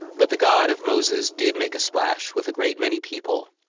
but, the god of moses did make a splash with a great many people.